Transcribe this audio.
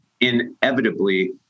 inevitably